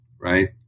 right